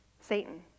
Satan